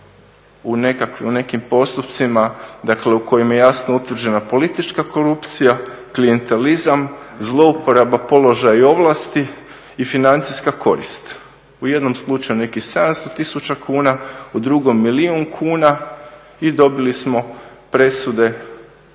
u nekim postupcima dakle u kojim je jasno utvrđena politička korupcija, klijentelizam, zlouporabu položaja i ovlasti i financijsku korist. U jednom slučaju nekih 700 tisuća kuna, u drugom milijun kuna i dobili smo presude od